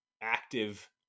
active